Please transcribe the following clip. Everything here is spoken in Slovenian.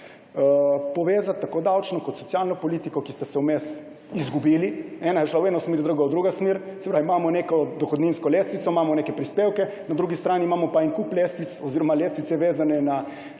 povezati tako davčno kot socialno politiko, ki sta se vmes izgubili. Ena je šla v eno smer, druga v drugo smer. Se pravi, imamo neko dohodninsko lestvico, imamo neke prispevke, na drugi strani imamo pa en kup lestvic oziroma lestvice, vezane na